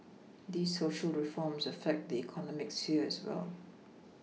these Social reforms affect the economic sphere as well